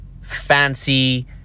fancy